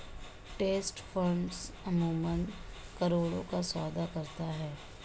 trust funds अमूमन करोड़ों का सौदा करती हैं